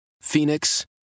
Phoenix